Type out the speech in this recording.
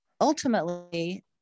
ultimately